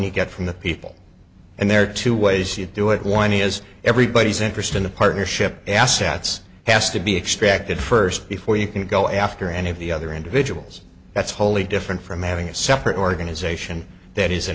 you get from the people and there are two ways you do it one is everybody's interest in the partnership assets has to be extracted first before you can go after any of the other individuals that's wholly different from having a separate organisation that is an